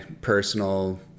personal